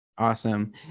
awesome